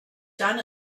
down